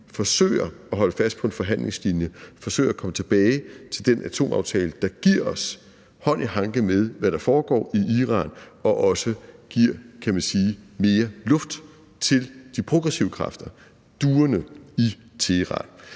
forsøger at holde fast på en forhandlingslinje og forsøger at komme tilbage til den atomaftale, der giver os hånd i hanke med, hvad der foregår i Iran, og også giver mere luft til de progressive kræfter, duerne i Teheran.